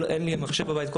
אין לי מחשב בבית.